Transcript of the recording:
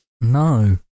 No